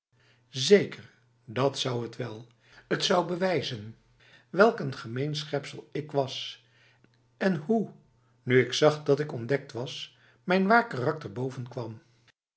zeker dat zou het wel het zou bewijzen welk een gemeen schepsel ik was en hoe nu ik zag dat ik ontdekt was mijn waar karakter